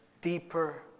deeper